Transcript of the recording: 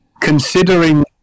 considering